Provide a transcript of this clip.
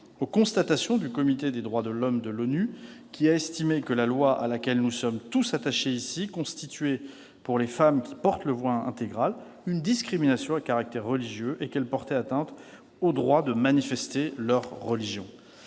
aux constatations du Comité des droits de l'homme de l'ONU, lequel a estimé que cette loi, à laquelle nous sommes tous attachés ici, constituait, pour les femmes qui portent le voile intégral, une discrimination à caractère religieux et qu'elle portait atteinte au droit de manifester leur religion.